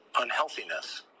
unhealthiness